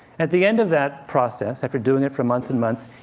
at the end of that process, after doing it for months and months,